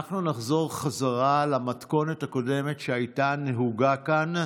אנחנו נחזור חזרה למתכונת הקודמת שהייתה נהוגה כאן: